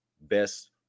best